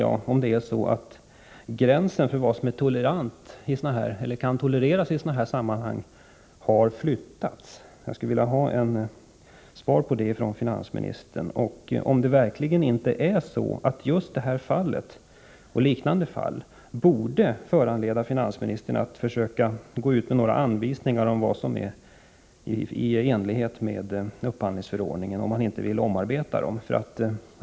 Jag undrar nu: Har gränsen för vad som kan tolereras i sådana här sammanhang flyttats? Jag skulle vilja ha ett svar på detta av finansministern. Borde inte detta och liknande fall föranleda finansministern att gå ut med information om vad som står i överensstämmelse med anvisningarna i upphandlingsförordningen och att undersöka om de inte skall omarbetas?